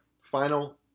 final